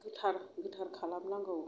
गोथार खालामनांगौ